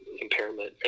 impairment